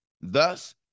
Thus